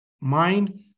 mind